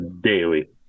Daily